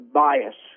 bias